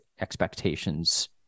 expectations